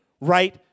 right